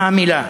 מה המילה,